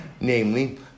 namely